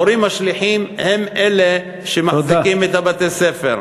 כי המורים השליחים הם אלה שמחזיקים את בתי-הספר.